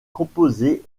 composés